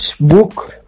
book